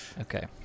Okay